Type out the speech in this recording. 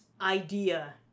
idea